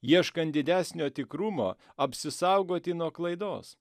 ieškant didesnio tikrumo apsisaugoti nuo klaidos